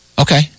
Okay